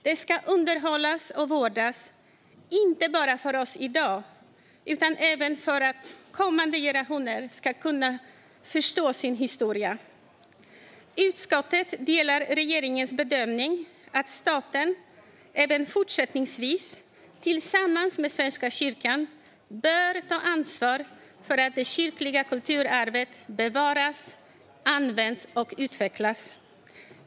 Det ska underhållas och vårdas, inte bara för oss i dag utan även för att kommande generationer ska kunna förstå sin historia. Utskottet delar regeringens bedömning att staten även fortsättningsvis, tillsammans med Svenska kyrkan, bör ta ansvar för att det kyrkliga kulturarvet bevaras, används och utvecklas.